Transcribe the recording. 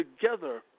together